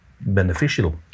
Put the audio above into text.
beneficial